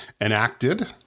enacted